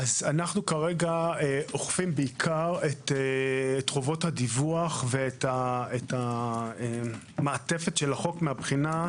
אנו כרגע אוכפים בעיקר את חובות הדיווח ואת מעטפת החוק מבחינת